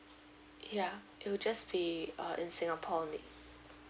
ya it will just be in singapore only